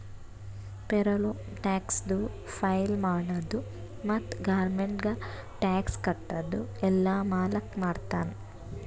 payroll ಟ್ಯಾಕ್ಸದು file ಮಾಡದು ಮತ್ತ ಗೌರ್ಮೆಂಟ್ಗ ಟ್ಯಾಕ್ಸ್ ಕಟ್ಟದು ಎಲ್ಲಾ ಮಾಲಕ್ ಮಾಡ್ತಾನ್